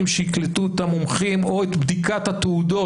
שיקלטו את המומחים או את בדיקת התעודות,